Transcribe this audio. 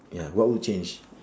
ya what would change